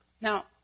Now